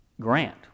Grant